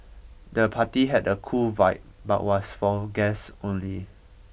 the party had a cool vibe but was for guests only